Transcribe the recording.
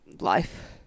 life